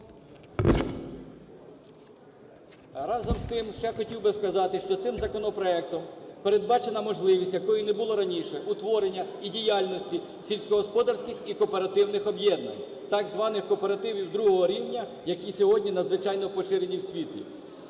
Разом з тим, ще хотів би сказати, що цим законопроектом передбачена можливість, якої не було раніше: утворення і діяльності сільськогосподарських і кооперативних об'єднань, так званих "кооперативів другого рівня", які сьогодні надзвичайно поширені в світі.